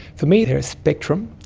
for me they are a spectrum,